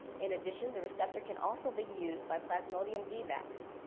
in addition, the receptor can also be used by plasmodium vivax,